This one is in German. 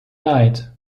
leid